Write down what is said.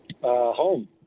Home